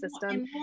system